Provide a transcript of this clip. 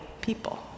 people